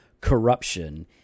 corruption